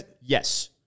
Yes